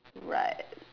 right